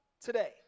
today